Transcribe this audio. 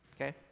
okay